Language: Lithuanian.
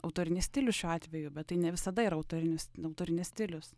autorinį stilių šiuo atveju bet tai ne visada yra autorinis autorinis stilius